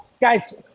guys